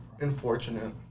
unfortunate